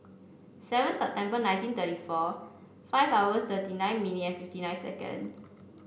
seven September nineteen thirty four five hour thirty nine minute and fifty nine second